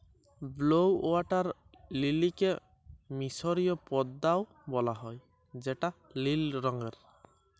blue water লিলিকে মিসরীয় পদ্দা ও বলা হ্যয় যেটা লিল রঙের